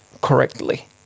correctly